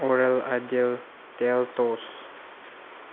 oral ꯑꯥꯏꯗꯦꯜ ꯇꯦꯜꯇꯣꯁ